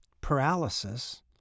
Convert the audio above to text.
paralysis